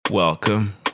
Welcome